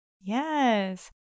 Yes